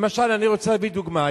למשל, אני רוצה להביא דוגמה.